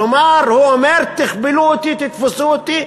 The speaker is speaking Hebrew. כלומר, הוא אומר: תכבלו אותי, תתפסו אותי,